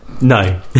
no